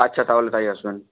আচ্ছা তাহলে তাই আসবেন